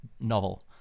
novel